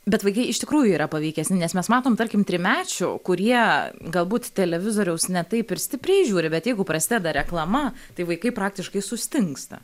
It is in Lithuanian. bet vaikai iš tikrųjų yra paveikesni nes mes matom tarkim trimečių kurie galbūt televizoriaus ne taip ir stipriai žiūri bet jeigu prasideda reklama tai vaikai praktiškai sustingsta